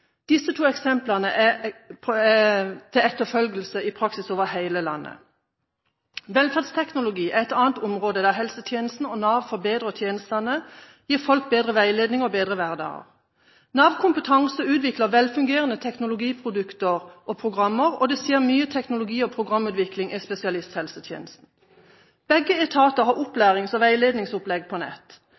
Disse to eksemplene er til etterfølgelse i praksis over hele landet. Velferdsteknologi er et annet område der helsetjenesten og Nav forbedrer tjenestene, gir folk bedre veiledning og bedre hverdag. Nav kompetanse utvikler velfungerende teknologiprodukter og programmer, og det skjer mye teknologi- og programutvikling i spesialisthelsetjenesten. Begge etater har opplærings- og veiledningsopplegg på nett.